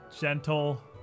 gentle